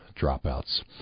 dropouts